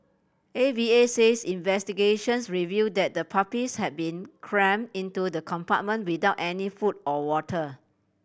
A V A says investigations reveal that the puppies had been cram into the compartment without any food or water